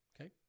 Okay